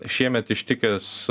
šiemet ištikęs